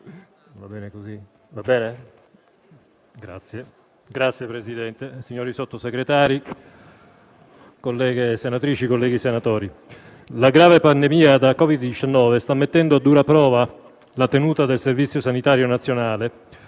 Signor Presidente, signori Sottosegretari, onorevoli colleghe senatrici e colleghi senatori, la grave la grave pandemia da Covid-19 sta mettendo a dura prova la tenuta del Servizio sanitario nazionale,